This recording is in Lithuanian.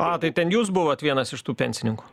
a tai ten jūs buvot vienas iš tų pensininkų